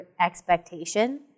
expectation